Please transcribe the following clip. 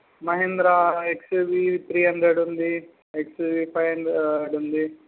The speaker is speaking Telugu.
మహేంద్ర ఎక్స్యూవి త్రీ హండ్రెడ్ ఉంది ఎక్స్యూవి ఫైవ్ హండ్రెడ్ ఉంది